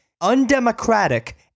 undemocratic